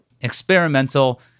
experimental